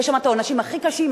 יש שם העונשים הכי קשים,